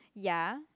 ya